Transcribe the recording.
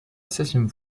septième